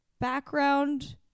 background